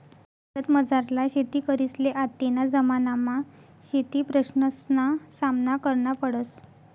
भारतमझारला शेतकरीसले आत्तेना जमानामा शेतीप्रश्नसना सामना करना पडस